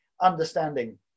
understanding